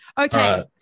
Okay